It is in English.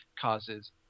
causes